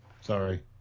Sorry